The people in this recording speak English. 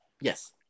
yes